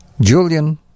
Julian